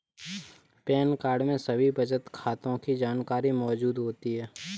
pan card में सभी बचत खातों की जानकारी मौजूद होती है